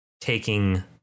taking